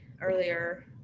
earlier